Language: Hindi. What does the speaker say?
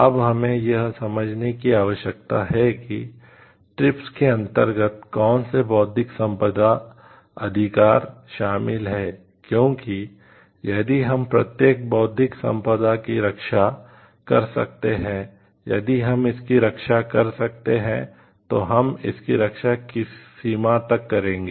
अब हमें यह समझने की आवश्यकता है कि TRIPS के अंतर्गत कौन से बौद्धिक संपदा अधिकार शामिल हैं क्योंकि यदि हम प्रत्येक बौद्धिक संपदा की रक्षा कर सकते हैं यदि हम इसकी रक्षा कर सकते हैं तो हम इसकी रक्षा किस सीमा तक करेंगे